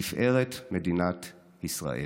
לתפארת מדינת ישראל.